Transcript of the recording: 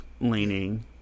leaning